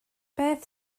beth